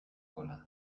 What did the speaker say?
gola